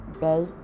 day